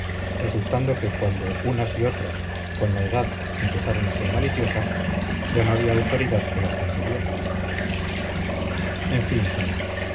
resultando que cuando unas y otras con la edad empezaron a ser maliciosas ya no había autoridad que las contuviera en fin señor